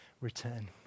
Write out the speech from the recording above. return